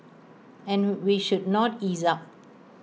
and we should not ease up